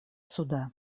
суда